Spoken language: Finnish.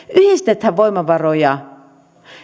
yhdistetään voimavaroja